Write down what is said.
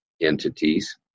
entities